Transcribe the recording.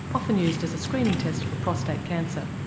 often used as a screening test for prostate cancer.